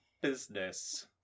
business